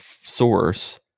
source